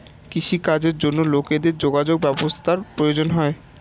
কৃষি কাজের জন্য লোকেদের যোগাযোগ ব্যবস্থার প্রয়োজন হয়